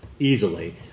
Easily